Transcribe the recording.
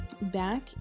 Back